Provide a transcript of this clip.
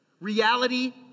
reality